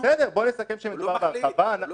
הוא לא מחליט.